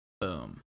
Boom